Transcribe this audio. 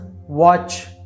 watch